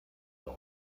der